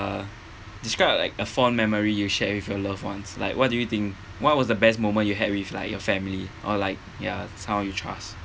describe like a fond memory you share with your loved ones like what do you think what was the best moment you had with like your family or like ya someone you trust